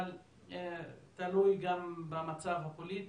אבל תלוי גם במצב הפוליטי,